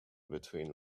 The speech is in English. between